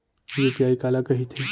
UPI काला कहिथे?